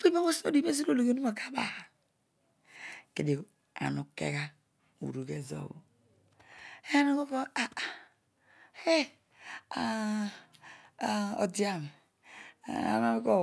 fiblabho odighi ezolo ologhi puntataboen kedio ona ükeqla morugh ezoblo avah odearos, eun miin kua bho.